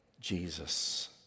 Jesus